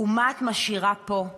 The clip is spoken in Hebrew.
הוא מה את משאירה פה,